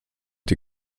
die